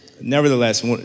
Nevertheless